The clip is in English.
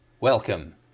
welcome